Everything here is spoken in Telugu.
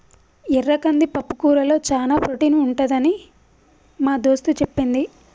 ఎర్ర కంది పప్పుకూరలో చానా ప్రోటీన్ ఉంటదని మా దోస్తు చెప్పింది